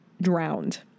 drowned